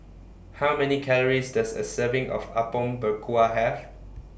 How Many Calories Does A Serving of Apom Berkuah Have